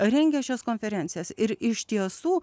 rengia šias konferencijas ir iš tiesų